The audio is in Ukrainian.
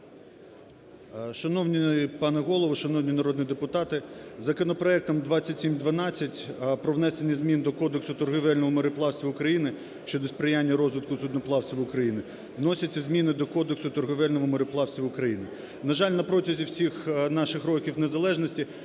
Шановний пане Голово, шановні народні депутати, законопроектом 2712 про внесення змін до Кодексу торговельного мореплавства України (щодо сприяння розвитку судноплавства в Україні) вносяться зміни до Кодексу торговельного мореплавства України. На жаль, на протязі всіх наших років незалежності